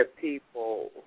people